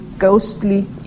ghostly